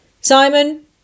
Simon